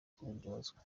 kubiryozwa